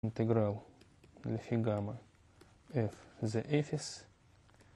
אינטגרל לפי גמא F זה אפס